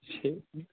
ਅੱਛਾ